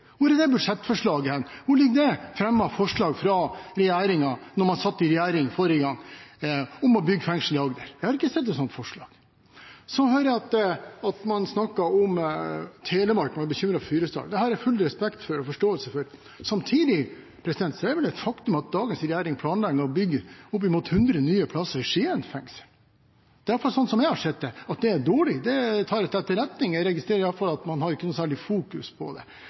Hvor er det budsjettforslaget? Hvor er det fremmet forslag fra regjeringen da man satt i regjering forrige gang, om å bygge fengsel i Agder? Jeg har ikke sett et sånt forslag. Så hører jeg at man snakker om Telemark og er bekymret for Fyresdal. Det har jeg full respekt for og forståelse for. Samtidig er det vel et faktum at dagens regjering planlegger å bygge oppimot 100 nye plasser i Skien fengsel. Det er i hvert fall sånn som jeg har sett det. At det er dårlig, tar jeg til etterretning – jeg registrerer iallfall at man ikke fokuserer noe særlig på det.